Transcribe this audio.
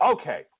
Okay